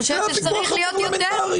אני חושבת שזה צריך להיות יותר.